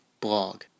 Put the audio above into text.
blog